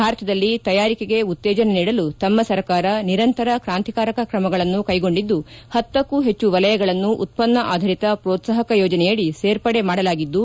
ಭಾರತದಲ್ಲಿ ತಯಾರಿಕೆಗೆ ಉತ್ತೇಜನ ನೀಡಲು ತಮ್ಮ ಸರ್ಕಾರ ನಿರಂತರ ಕ್ರಾಂತಿಕಾರಕ ಕ್ರಮಗಳನ್ನು ಕೈಗೊಂಡಿದ್ದು ಹತ್ತಕ್ಕೂ ಹೆಚ್ಚು ವಲಯಗಳನ್ನು ಉತ್ಪಾನ್ನ ಆಧಾರಿತ ಪ್ರೋತ್ಸಾಪಕ ಯೋಜನೆಯಡಿ ಸೇರ್ಪಡೆ ಮಾಡಲಾಗಿದ್ದು